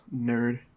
Nerd